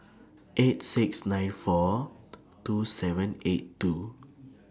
eight six nine four two seven eight two